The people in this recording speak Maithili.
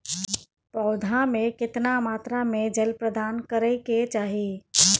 पौधा में केतना मात्रा में जल प्रदान करै के चाही?